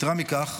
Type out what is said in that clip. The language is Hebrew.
יתרה מכך,